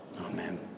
Amen